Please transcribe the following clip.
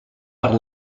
per